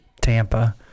Tampa